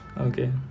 Okay